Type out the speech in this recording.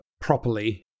properly